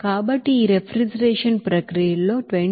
కాబట్టి ఈ రిఫ్రిజిరేషన్ ప్రక్రియలో 26